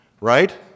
right